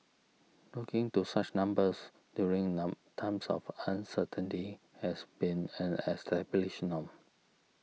looking to such numbers during none times of uncertainty has been an established norm